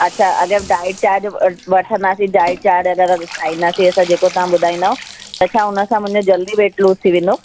अच्छा अगरि diet chart वठंदासीं डाइट चार्ट अगरि खाईंदासी असां जेको तव्हां ॿुधाईंदव त छा उन सां मुंहिंजो जल्दी वेट लूस थी वेंदो